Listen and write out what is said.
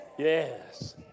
Yes